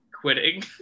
quitting